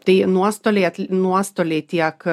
tai nuostoliai nuostoliai tiek